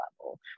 level